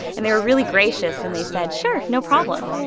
and they were really gracious. and they said, sure, no problem